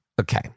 Okay